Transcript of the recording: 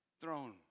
throne